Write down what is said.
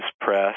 Press